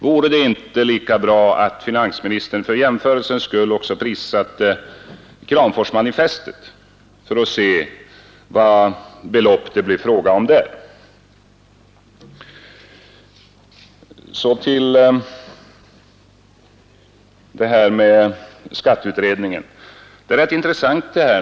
Vore det inte lika bra att finansministern för jämförelsens skull också prissatte Kramforsmanifestet för att se vilka belopp det blev fråga om där? Jag vill också säga några ord om detta med skatteutredningen. Det är rätt intressant.